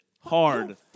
Hard